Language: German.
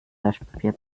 löschpapier